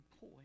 boy